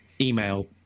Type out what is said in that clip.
email